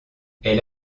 elle